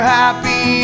happy